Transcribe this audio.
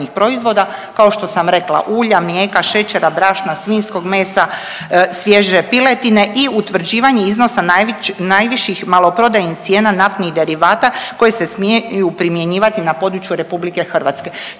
kao što sam rekla, ulja, mlijeka, šećera, brašna, svinjskog mesa, svježe piletine i utvrđivanje iznosa najviših maloprodajnih cijena naftnih derivata koje se smiju primjenjivati na području RH.